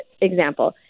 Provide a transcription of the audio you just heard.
example